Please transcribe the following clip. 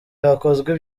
hakozwe